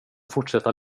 fortsätta